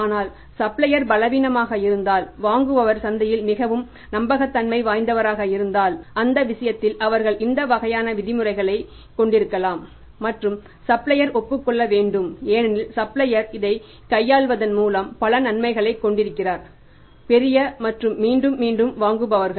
ஆனால் சப்ளையர் பலவீனமாக இருந்தால் வாங்குபவர் சந்தையில் மிகவும் நம்பகத்தன்மை வாய்ந்தவராக இருந்தால் அந்த விஷயத்தில் அவர்கள் இந்த வகையான விதிமுறைகளைக் கொண்டிருக்கலாம் மற்றும் சப்ளையர் ஒப்புக் கொள்ள வேண்டும் ஏனெனில் சப்ளையர் இதைக் கையாள்வதன் மூலம் பல நன்மைகளைக் கொண்டிருக்கிறார் பெரிய மற்றும் மீண்டும் மீண்டும் வாங்குபவர்கள்